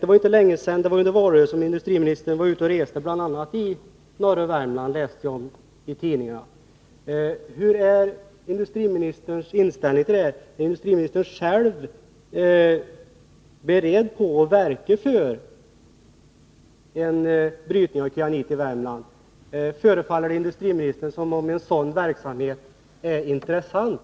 Det var inte länge sedan, det var under valrörelsen, som industriministern var ute och reste i bl.a. norra Värmland. Det läste jag om i tidningarna. Vilken inställning har industriministern till att själv verka för en brytning av kyanit i Värmland? Förefaller det industriministern som om en sådan verksamhet vore intressant?